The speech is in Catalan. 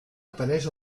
apareix